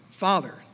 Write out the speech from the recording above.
Father